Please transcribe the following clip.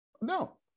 No